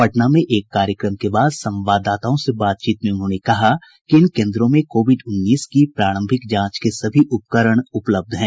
पटना में एक कार्यक्रम के बाद संवाददाताओं से बातचीत में उन्होंने कहा कि इन केन्द्रों में कोविड उन्नीस की प्रारंभिक जांच के सभी उपकरण उपलब्ध हैं